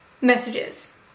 messages